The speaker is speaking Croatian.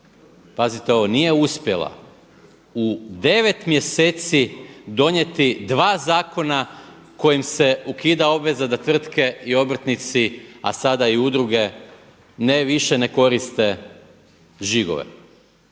pazite ovo nije uspjela u 9 mjeseci donijeti dva zakona kojim se ukida obveza da tvrtke i obrtnici a sada i udruge ne više ne koriste žigove.